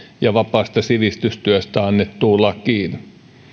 ja vapaasta sivistystyöstä annettuun lakiin